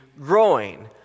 growing